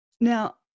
Now